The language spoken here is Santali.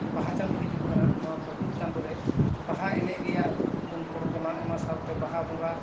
ᱵᱟᱦᱟ ᱪᱟᱸᱫᱳ ᱦᱤᱡᱩᱜ ᱠᱟᱱᱟ ᱱᱚᱣᱟ ᱯᱷᱟᱜᱩᱱ ᱪᱟᱸᱫᱳ ᱨᱮ ᱵᱟᱦᱟ ᱮᱱᱮᱡ ᱨᱮᱭᱟᱜ ᱵᱚᱱ ᱯᱚᱨᱛᱚᱱᱟ ᱚᱱᱟ ᱥᱟᱶᱛᱮ ᱱᱟᱦᱟ ᱵᱚᱸᱜᱟ